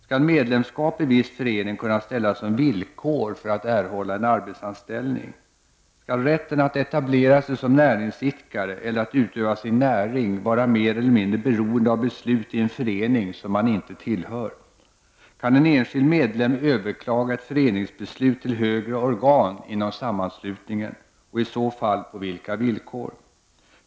— Skall medlemskap i viss förening kunna ställas som villkor för att erhålla en arbetsanställning? — Skall rätten att etablera sig som näringsidkare eller att utöva sin näring vara mer eller mindre beroende av beslut i en förening som man inte tillhör? — Kan en enskild medlem överklaga ett föreningsbeslut till högre organ inom sammanslutningen — och i så fall på vilka villkor?